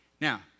now